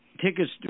tickets